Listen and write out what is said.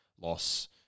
loss